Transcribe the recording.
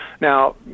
Now